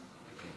שלוחה טלפונית